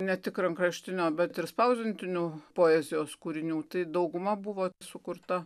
ne tik rankraštinio bet ir spausdintinių poezijos kūrinių tai dauguma buvo sukurta